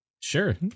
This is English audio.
Sure